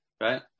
right